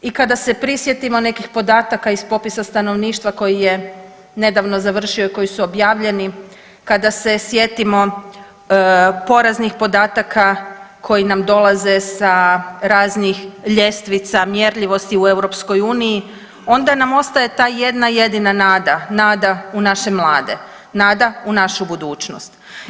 I kada se prisjetimo nekih podataka iz popisa stanovništva koji je nedavno završio i koji su objavljeni, kada se sjetimo poraznih podatka koji nam dolaze sa raznih ljestvica mjerljivosti u EU onda nam ostaje ta jedna jedina nada, nada u naše mlade, nada u našu budućnost.